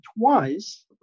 twice